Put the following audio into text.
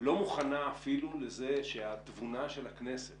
לא מוכנה אפילו לזה שהתבונה של הכנסת